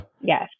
Yes